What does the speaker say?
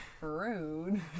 Rude